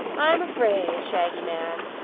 i'm fraid, shaggy man,